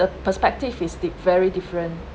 the perspective is diff~ very different